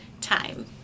time